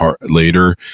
later